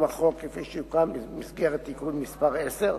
החוק כפי שתוקן במסגרת תיקון מס' 10,